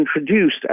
introduced